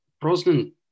Brosnan